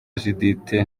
judithe